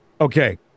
okay